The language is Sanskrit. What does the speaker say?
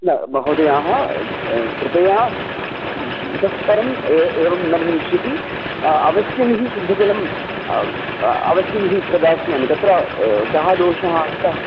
न महोदयाः कृपया इतः परम् एवम् एवं न भविष्यति अवश्यं हि शुद्धजलं अवश्यं हि प्रदास्यामि तत्र कः दोषः आगतः